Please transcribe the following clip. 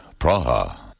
Praha